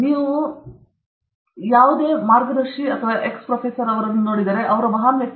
ನೀವು ಮಾರ್ಗದರ್ಶಿ ನೋಡಿದರೆ ಕೆಲವು ನಿರ್ದಿಷ್ಟ ಎಕ್ಸ್ ಪ್ರೊಫೆಸರ್ 450 ಪೇಪರ್ಸ್ ಅವರು ಯಾವ ಮಹಾನ್ ವ್ಯಕ್ತಿ